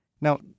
Now